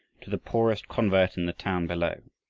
to the poorest convert in the town below.